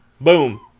Boom